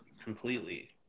completely